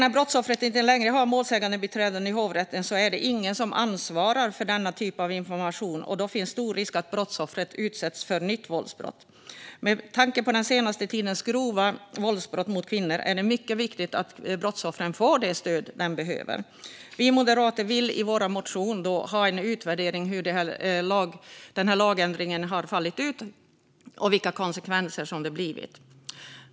När brottsoffret inte längre har målsägandebiträde i hovrätten är det ingen som ansvarar för denna typ av information, och då finns stor risk att brottsoffret utsätts för nya våldsbrott. Med tanke på den senaste tidens grova våldsbrott mot kvinnor är det mycket viktigt att brottsoffren får det stöd de behöver. Vi moderater vill i vår motion ha en utvärdering av hur den här lagändringen har fallit ut och vilka konsekvenser det blivit.